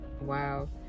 wow